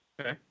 okay